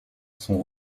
sont